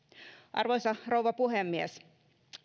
arvoisa rouva puhemies